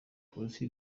polisi